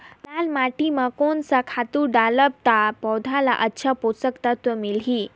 लाल माटी मां कोन सा खातु डालब ता पौध ला अच्छा पोषक तत्व मिलही?